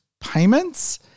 payments